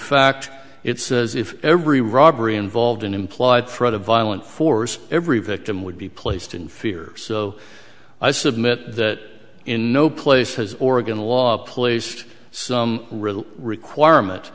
fact it's as if every robbery involved an implied threat of violent force every victim would be placed in fear so i submit that in no place has oregon law placed some real requirement